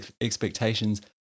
expectations